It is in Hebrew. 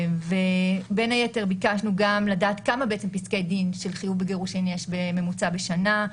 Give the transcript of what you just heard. בין היתר ביקשנו גם לדעת כמה פסקי דין של חיוב בגירושין יש בממוצע בשנה,